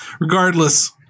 regardless